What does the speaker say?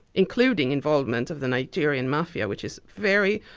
including involvement of the nigerian mafia, which is very